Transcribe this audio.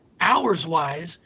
hours-wise